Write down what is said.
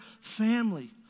family